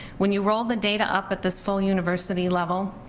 when you roll the data up at this full university level,